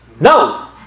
No